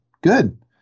good